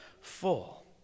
full